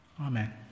Amen